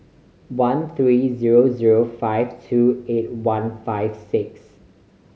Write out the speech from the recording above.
one three zero zero five two eight one five six